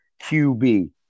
QB